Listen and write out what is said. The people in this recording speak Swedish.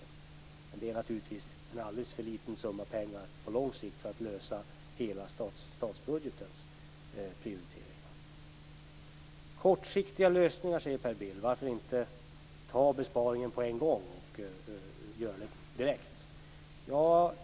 Men det är naturligtvis en alldeles för liten summa pengar på lång sikt för att man skall kunna lösa hela statsbudgetens prioriteringar. Per Bill talar om kortsiktiga lösningar. Varför inte göra besparingen direkt?